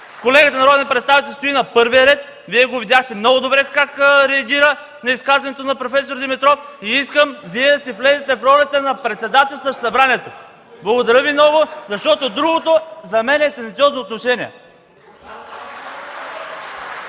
Колегата народен представител стои на първия ред, Вие го видяхте много добре как реагира на изказването на проф. Димитров и искам да си влезете в ролята на председателстващ Събранието. Защото другото за мен е тенденциозно отношение.